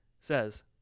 says